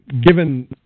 Given